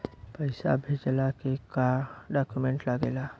पैसा भेजला के का डॉक्यूमेंट लागेला?